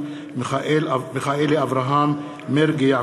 אברהם מיכאלי,